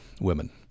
women